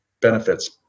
benefits